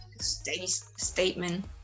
statement